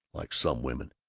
like some women.